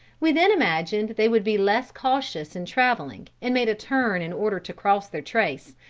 we then imagined they would be less cautious in traveling, and made a turn in order to cross their trace,